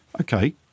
okay